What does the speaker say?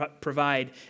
provide